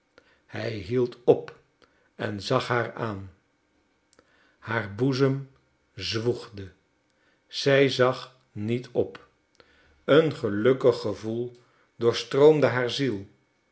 hij hield op en zag haar aan haar boezem zwoegde zij zag niet op een gelukkig gevoel doorstroomde haar ziel